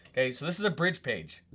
okay? so, this is a bridge page.